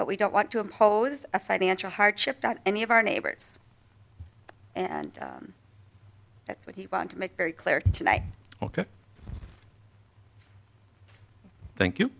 but we don't want to impose a financial hardship that any of our neighbors and that's what he want to make very clear tonight ok thank you